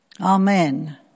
Amen